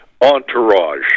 entourage